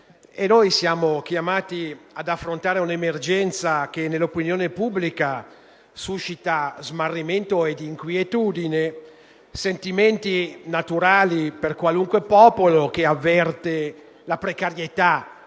Siamo chiamati ad affrontare un'emergenza che nell'opinione pubblica suscita smarrimento ed inquietudine: sentimenti naturali per qualunque popolo che avverte la precarietà